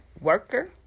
worker